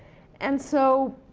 and so,